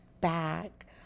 back